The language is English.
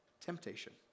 temptation